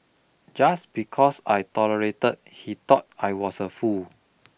just because I tolerated he thought I was a fool